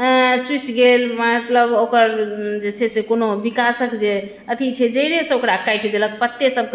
चुसि गेल मतलब ओकर जे छै से कोनो विकासक जे अथी छै जड़िएसँ ओकरा काटि देलक पत्तेसभ